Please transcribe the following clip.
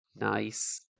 Nice